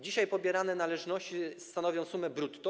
Dzisiaj pobierane należności stanowią sumę brutto.